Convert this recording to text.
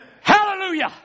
Hallelujah